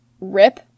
rip